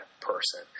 person